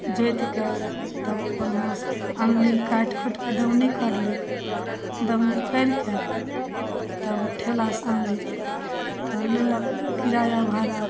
जोतिकऽ तब अपन हुआँसँ आनली काटि खोँटिकऽ दौनी करली दौनी करिकऽ आओर तब ओ ठेलासँ अनली तऽ लेलक किराआ भाड़ा